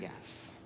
yes